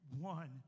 one